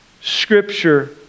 Scripture